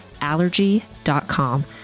Allergy.com